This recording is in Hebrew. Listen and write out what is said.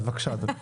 אז בבקשה אדוני.